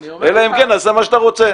אלא אם כן נעשה מה שאתה רוצה.